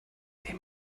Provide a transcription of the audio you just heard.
den